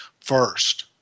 first